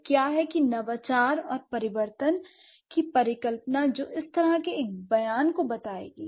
तो क्या है कि नवाचार और परिवर्तन की परिकल्पना जो इस तरह के एक बयान को बताएगी